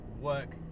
work